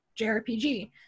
JRPG